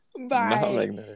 bye